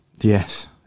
yes